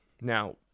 Now